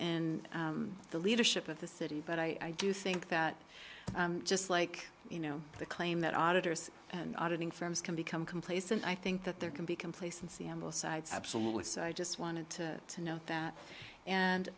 in the leadership of the city but i do think that just like you know the claim that auditors and auditing firms can become complacent i think that there can be complacency on both sides absolutely so i just wanted to to note that and